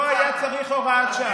לא היה צריך הוראת שעה.